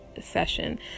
session